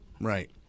Right